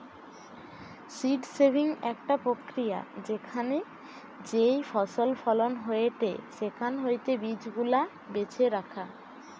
seed saving একটা প্রক্রিয়া যেখানে যেই ফসল ফলন হয়েটে সেখান হইতে বীজ গুলা বেছে রাখা